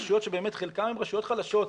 רשויות שחלקן הן רשויות חלשות.